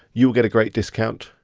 you will get a great discount.